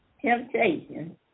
temptation